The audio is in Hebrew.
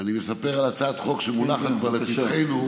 אני מספר על הצעת חוק שמונחת כאן לפתחנו,